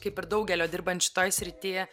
kaip ir daugelio dirbant šitoj srity